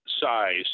size